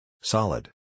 Solid